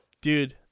dude